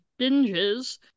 binges